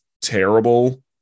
terrible